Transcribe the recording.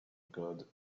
code